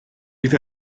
bydd